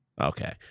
Okay